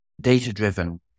data-driven